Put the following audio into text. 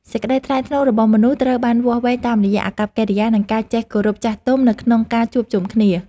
សេចក្ដីថ្លៃថ្នូររបស់មនុស្សត្រូវបានវាស់វែងតាមរយៈអាកប្បកិរិយា និងការចេះគោរពចាស់ទុំនៅក្នុងការជួបជុំគ្នា។